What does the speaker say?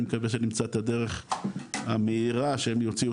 אני מקווה שנמצא את הדרך המהירה שהם יוציאו